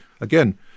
again